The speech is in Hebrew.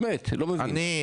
אני באמת לא מבין.